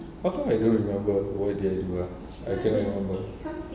how come I don't remember what did we do ah I cannot remember